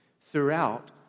throughout